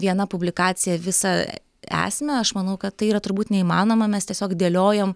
viena publikacija visą esmę aš manau kad tai yra turbūt neįmanoma mes tiesiog dėliojom